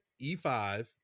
e5